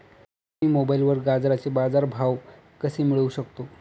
मी मोबाईलवर गाजराचे बाजार भाव कसे मिळवू शकतो?